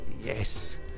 Yes